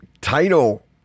Title